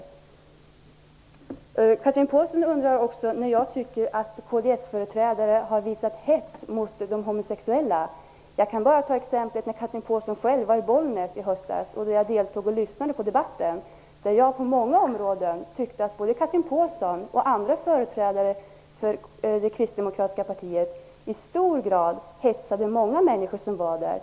Chatrine Pålsson undrar också när jag ansett att kds-företrädare har hetsat mot homosexuella. Jag kan ta exemplet när Chatrine Pålsson själv var i Bollnäs i höstas, och då jag deltog i och lyssnade på debatten. Jag tyckte att Chatrine Pålsson och andra företrädare för det kristdemokratiska partiet på många områden i hög grad hetsade många människor som var där.